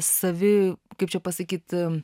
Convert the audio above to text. savi kaip čia pasakyt